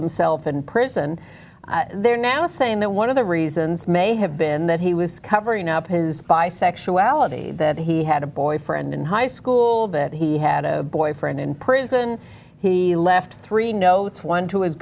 himself in prison they're now saying that one of the reasons may have been that he was covering up his bisexuality that he had a boyfriend in high school well that he had a boyfriend in prison he left three notes one to his